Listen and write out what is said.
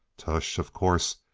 tush! of course,